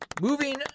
Moving